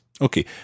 Okay